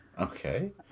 Okay